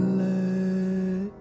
let